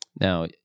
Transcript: Now